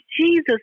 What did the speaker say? Jesus